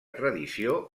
tradició